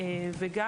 וגם,